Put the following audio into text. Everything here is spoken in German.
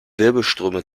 wirbelströme